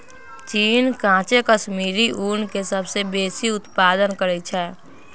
चीन काचे कश्मीरी ऊन के सबसे बेशी उत्पादन करइ छै